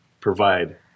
provide